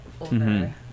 over